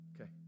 Okay